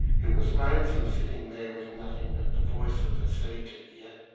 it was lonesome sitting there with nothing but the voice of the sea to hear,